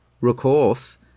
recourse